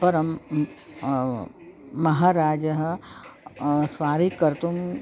परं महाराजः स्वारिकर्तुम्